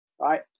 Right